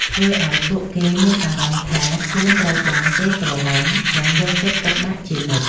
ធ្វើឱ្យពួកគេមានអារម្មណ៍ថាខ្លួនត្រូវបានគេស្រឡាញ់ និងយកចិត្តទុកដាក់ជានិច្ច។